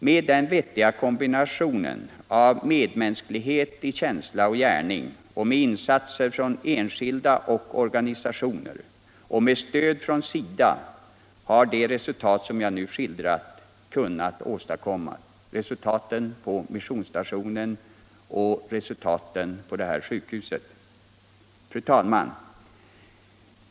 Med den vettiga kombinationen av medmänsklighet i känsla och gärning. insatser från enskilda och organisationer och stöd från SIDA har de resultat som jag nu skildrat kunnat åstadkommas — resultaten på missionsstationen och resultaten på det här sjukhuset. Fru talman!